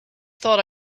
thought